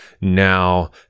now